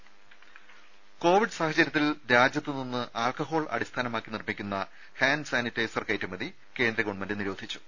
ദരദ കോവിഡ് സാഹചര്യത്തിൽ രാജ്യത്തുനിന്ന് ആൽക്കഹോൾ അടിസ്ഥാനമാക്കി നിർമ്മിക്കുന്ന ഹാൻഡ് സാനിറ്റൈസർ കയറ്റുമതി കേന്ദ്ര ഗവൺമെന്റ് നിരോധിച്ചു